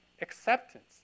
acceptance